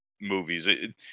movies